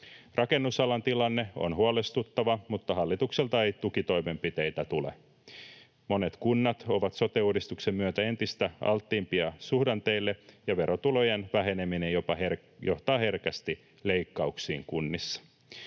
Rakennusalan tilanne on huolestuttava, mutta hallitukselta ei tukitoimenpiteitä tule. Monet kunnat ovat sote-uudistuksen myötä entistä alttiimpia suhdanteille, ja verotulojen väheneminen johtaa herkästi leikkauksiin kunnissa.